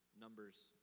Numbers